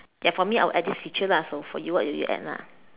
ya for me I will this feature lah for for you what do you add lah